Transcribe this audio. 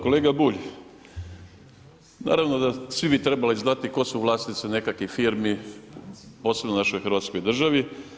Kolega Bulj, naravno da svi bi trebali znati tko su vlasnici nekakvih firmi, posebno u našoj hrvatskoj državi.